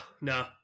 no